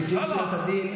חלאס, יא זלמה, חלאס.